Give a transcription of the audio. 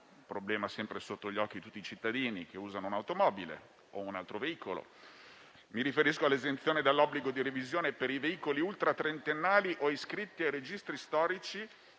(problema sempre sotto gli occhi di tutti i cittadini che usano un'automobile o un altro veicolo). Mi riferisco anche all'esenzione dall'obbligo di revisione per i veicoli ultratrentennali o iscritti ai registri storici